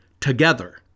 together